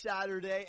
saturday